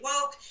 woke